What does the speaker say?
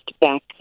back